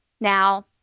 Now